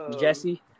Jesse